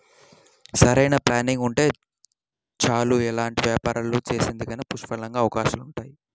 సరైన ప్లానింగ్ ఉంటే చాలు ఎలాంటి వ్యాపారాలు చేసేందుకైనా పుష్కలంగా అవకాశాలుంటాయి